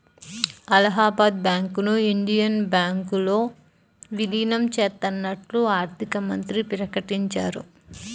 అలహాబాద్ బ్యాంకును ఇండియన్ బ్యాంకులో విలీనం చేత్తన్నట్లు ఆర్థికమంత్రి ప్రకటించారు